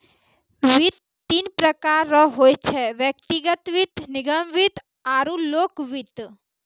वित्त तीन प्रकार रो होय छै व्यक्तिगत वित्त निगम वित्त आरु लोक वित्त